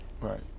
Right